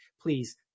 Please